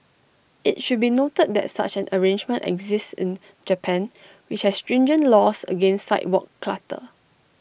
IT should be noted that such an arrangement exists in Japan which has stringent laws against sidewalk clutter